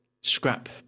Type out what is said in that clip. scrap